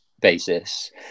basis